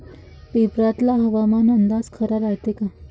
पेपरातला हवामान अंदाज खरा रायते का?